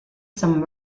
some